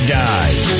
dies